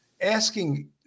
asking